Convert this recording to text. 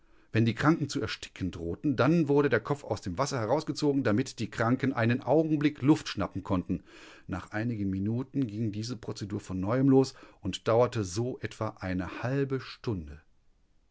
wenn die kranken zu ersticken drohten dann wurde der kopf aus dem wasser herausgezogen damit die kranken einen augenblick luft schnappen konnten nach einigen minuten ging diese prozedur von neuem los und dauerte so etwa eine halbe stunde